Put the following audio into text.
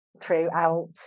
throughout